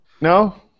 no